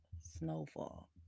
Snowfall